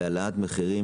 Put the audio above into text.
אני